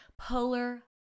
Polar